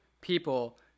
people